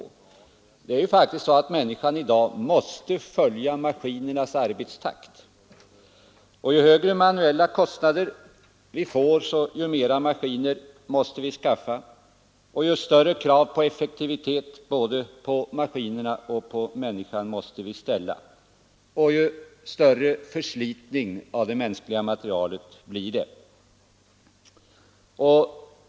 I dag måste faktiskt människan följa maskinernas arbetstakt. Ju högre manuella kostnader vi får, desto mera maskiner måste vi skaffa, och desto större krav måste vi samtidigt ställa på både maskiner och människor — och desto större blir förslitningen av det mänskliga materialet.